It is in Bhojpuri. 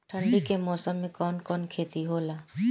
ठंडी के मौसम में कवन कवन खेती होला?